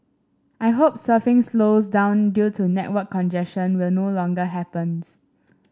I hope surfing slows down due to network congestion will no longer happens